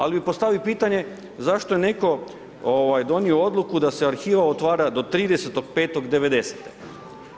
Ali bih postavio pitanje zašto je netko donio odluku da se arhiva otvara do 30.5.1990.